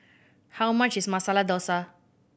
how much is Masala Dosa